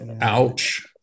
Ouch